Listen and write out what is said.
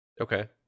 Okay